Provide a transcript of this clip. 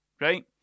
right